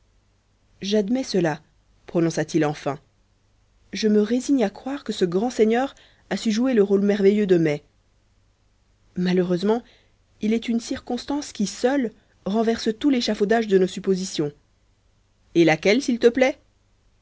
j'admets cela prononça-t-il enfin je me résigne à croire que ce grand seigneur a su jouer le rôle merveilleux de mai malheureusement il est une circonstance qui seule renverse tout l'échafaudage de nos suppositions et laquelle s'il te plaît